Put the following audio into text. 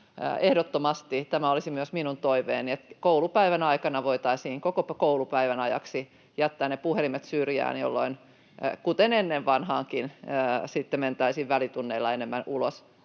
ehdottomasti tämä olisi myös minun toiveeni — että koulupäivän aikana voitaisiin koko koulupäivän ajaksi jättää ne puhelimet syrjään, jolloin, kuten ennen vanhaankin, sitten mentäisiin välitunneilla enemmän ulos,